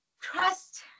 trust